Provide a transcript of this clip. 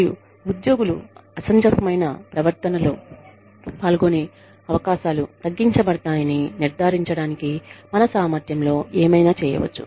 మరియు ఉద్యోగులు అసమంజసమైన ప్రవర్తనలో పాల్గొనే అవకాశాలు తగ్గించబడతాయని నిర్ధారించడానికి మన సామర్థ్యంలో ఏమైనా చేయవచ్చు